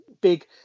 big